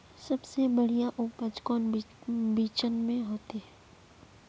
सबसे बढ़िया उपज कौन बिचन में होते?